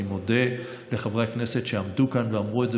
אני מודה לחברי הכנסת שעמדו כאן ואמרו את זה